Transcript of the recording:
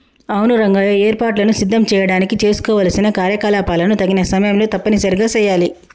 అవును రంగయ్య ఏర్పాటులను సిద్ధం చేయడానికి చేసుకోవలసిన కార్యకలాపాలను తగిన సమయంలో తప్పనిసరిగా సెయాలి